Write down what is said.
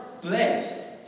place